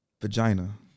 vagina